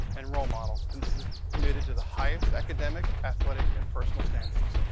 and role model, consistently committed to the highest academic, athletic, and personal standards.